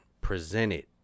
presented